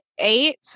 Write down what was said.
eight